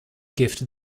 gift